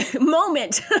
moment